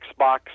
Xbox